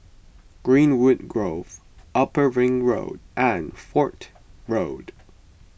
Greenwood Grove Upper Ring Road and Fort Road